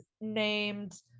named